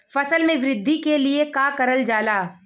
फसल मे वृद्धि के लिए का करल जाला?